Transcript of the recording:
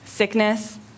sickness